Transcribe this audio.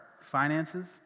finances